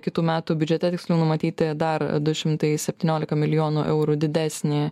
kitų metų biudžete tiksliau numatyti dar du šimtai septyniolika milijonų eurų didesnį